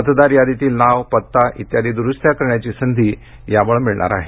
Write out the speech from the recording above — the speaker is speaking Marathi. मतदार यादीतील नाव पत्ता आदी द्रुस्त्या करण्याची संधी यामूळं मिळणार आहे